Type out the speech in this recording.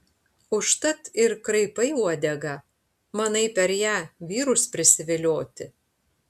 užtat ir kraipai uodegą manai per ją vyrus prisivilioti